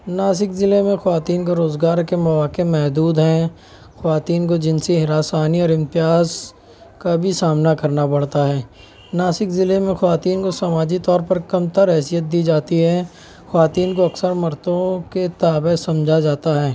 ناسک ضلعے میں خواتین کو روزگار کے مواقع محدود ہیں خواتین کو جنسی ہراسانی اور امتیاز کا بھی سامنا کرنا پڑتا ہے ناسک ضلعے میں خواتین کو سماجی طور پر کمتر حیثیت دی جاتی ہے خواتین کو اکثر مردوں کے تابع سمجھا جاتا ہے